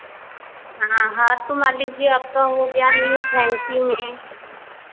हाँ हार तो मान लीजिए आपका हो गया न्यू फैंसी में